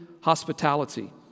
hospitality